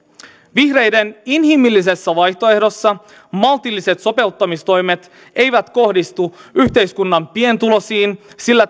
vihreiden inhimillisessä vaihtoehdossa maltilliset sopeuttamistoimet eivät kohdistu yhteiskunnan pienituloisiin sillä